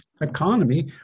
economy